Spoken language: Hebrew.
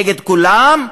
נגד כולם,